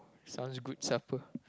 sounds good supper